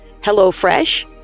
HelloFresh